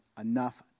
enough